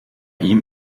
ihm